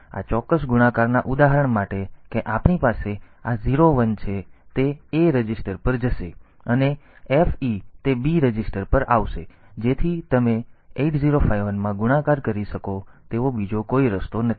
આ ચોક્કસ ગુણાકારના ઉદાહરણ માટે કે આપણી પાસે આ 0 1 છે તે A રજિસ્ટર પર જશે અને FE તે B રજિસ્ટર પર આવશે જેથી તમે 8051 માં ગુણાકાર કરી શકો તેવો બીજો કોઈ રસ્તો નથી